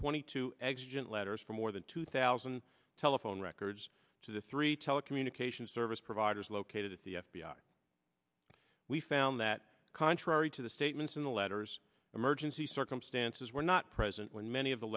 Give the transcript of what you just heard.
twenty two existent letters from more than two thousand telephone records to the three telecommunications service providers located at the f b i we found that contrary to the statements in the letters emergency circumstances were not present when many of the